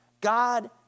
God